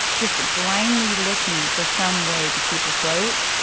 just blindly looking for some way to keep afloat.